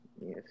Yes